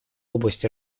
области